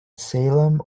salem